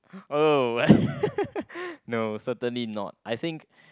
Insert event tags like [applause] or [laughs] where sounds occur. oh [laughs] no certainly not I think